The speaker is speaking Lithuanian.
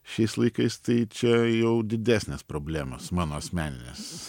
šiais laikais tai čia jau didesnės problemos mano asmeninės